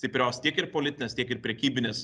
stiprios tiek ir politinės tiek ir prekybinės